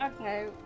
Okay